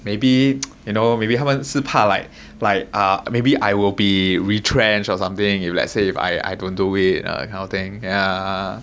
maybe you know maybe 他们是怕 like like err maybe I will be retrenched or something if let's say if I don't do it err kind of thing yeah